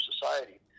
society